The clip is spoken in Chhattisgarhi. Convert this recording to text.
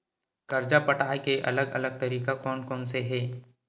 कर्जा पटाये के अलग अलग तरीका कोन कोन से हे?